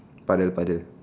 puddle puddle